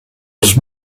els